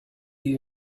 you